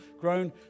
grown